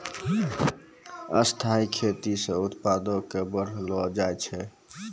स्थाइ खेती से उत्पादो क बढ़लो जाय छै